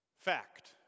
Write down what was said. Fact